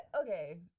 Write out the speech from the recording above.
okay